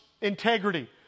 integrity